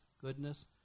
goodness